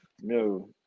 no